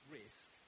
risk